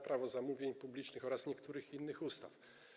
Prawo zamówień publicznych oraz niektórych innych ustaw.